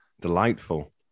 delightful